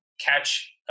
catch